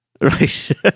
right